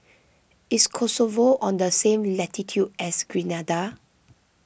is Kosovo on the same latitude as Grenada